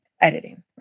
editing